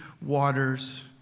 waters